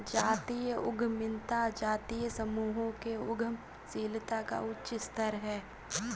जातीय उद्यमिता जातीय समूहों के उद्यमशीलता का उच्च स्तर है